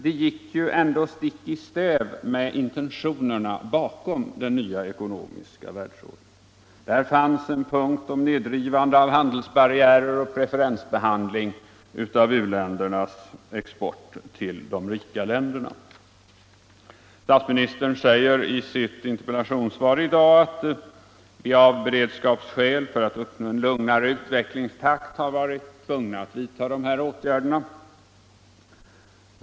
Det gick ju stick i stäv med intentionerna bakom den nya ekonomiska världsordningen. Där fanns en punkt om nedrivande av handelsbarriärer och preferensbehandling av u-ländernas export till de rika länderna. Statsministern säger i sitt interpellationssvar i dag att vi av beredskapsskäl och för att uppnå en lugnare utvecklingstakt har varit tvungna att vidta dessa åtgärder.